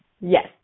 Yes